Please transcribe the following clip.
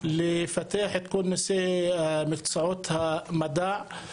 לפתח את כל נושא מקצועות המדע.